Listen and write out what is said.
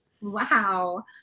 Wow